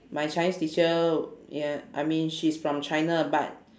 my chinese teacher ya I mean she is from china but